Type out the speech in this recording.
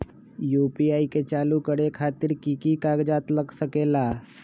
UPI के चालु करे खातीर कि की कागज़ात लग सकेला?